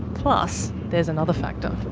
plus there's another factor.